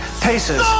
paces